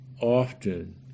often